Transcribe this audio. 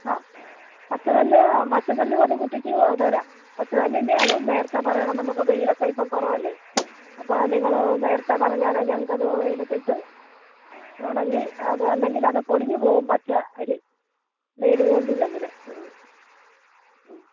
ആ പച്ച നെല്ല് പച്ച നെല്ല് അത് കുത്തിച്ച് തരാം പച്ച നെല്ലിൻ്റെ അതും നേരത്തെ പറയണം നമുക്ക് വേയിലൊക്കെ ഇപ്പം കുറവല്ലേ അപ്പം നിങ്ങൾ നേരത്തെ പറഞ്ഞാലേ ഞങ്ങൾക്കത് വെയിലത്തിട്ട് ഉണങ്ങി അത് അല്ലെങ്കിലത് പൊളിഞ്ഞ് പോകും പച്ച അരി വെയിൽ കൊണ്ടില്ലെങ്കിൽ ഉം ഉം